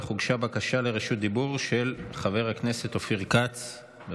אך הוגשה בקשה של חבר הכנסת אופיר כץ לרשות דיבור.